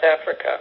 Africa